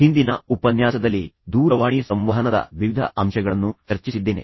ಹಿಂದಿನ ಉಪನ್ಯಾಸದಲ್ಲಿ ನಾನು ನಿಮ್ಮೊಂದಿಗೆ ದೂರವಾಣಿ ಸಂವಹನದ ವಿವಿಧ ಅಂಶಗಳನ್ನು ಚರ್ಚಿಸಿದ್ದೇನೆ